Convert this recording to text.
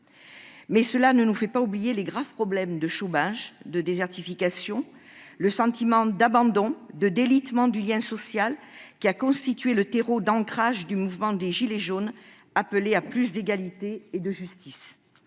Mais cela ne nous fait pas oublier les graves problèmes de chômage, de désertification, le sentiment d'abandon et le délitement du lien social qui ont constitué le terreau d'ancrage du mouvement des « gilets jaunes », appelant à plus d'égalité et de justice.